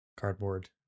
cardboard